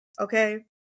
okay